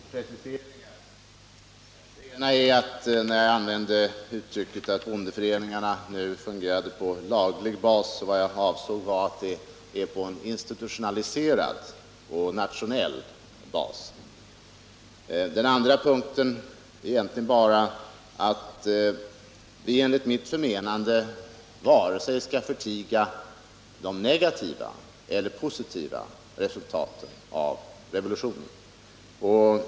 Herr talman! Jag vill bara göra två preciseringar. Den ena är att när jag använde uttrycket att bondeföreningarna nu fungerade på laglig bas avsåg jag en institutionaliserad och nationell bas. Den andra punkten är egentligen bara att vi enligt mitt förmenande inte skall förtiga vare sig de negativa eller de positiva resultaten av revolutionen.